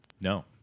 No